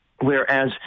Whereas